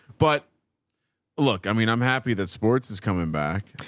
but look, i mean, i'm happy that sports has coming back.